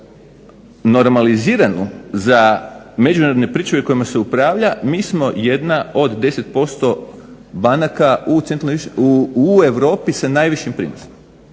normaliziranu za međunarodne pričuve kojima se upravlja mi smo jedna od 10% banaka u europi sa najvišim prinosom.